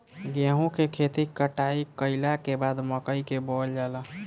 गेहूं के खेती कटाई कइला के बाद मकई के बोअल जाला